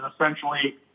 essentially